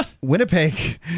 Winnipeg